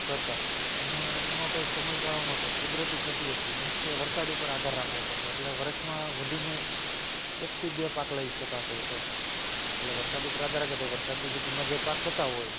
કરતા અને એનો કાઈ સમયગાળો નહોતો કુદરતી ખેતી હતી મીન્સ કે વરસાદ ઉપર આધાર રાખવો પડતો હતો એટલે વર્ષમાં વધીને એકથી બે પાક લઈ શકાતા હતાં એટલે વરસાદ ઉપર આધાર રાખે એટલે વરસાદની સિઝનમાં જે પાક થતા હોય